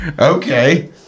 Okay